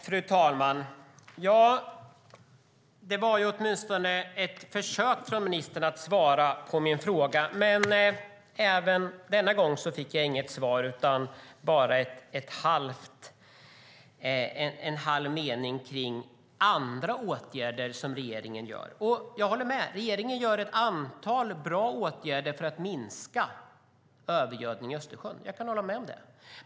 Fru talman! Det var åtminstone ett försök från ministern att svara på min fråga. Men inte heller denna gång fick jag något svar utan bara en halv mening om andra åtgärder som regeringen vidtar. Jag kan hålla med om att regeringen vidtar ett antal bra åtgärder för att minska övergödning i Östersjön.